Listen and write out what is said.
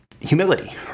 humility